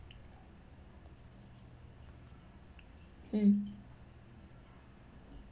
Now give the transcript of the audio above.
mm